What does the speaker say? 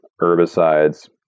herbicides